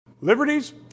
Liberties